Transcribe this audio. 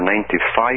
95%